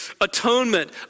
atonement